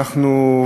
אנחנו,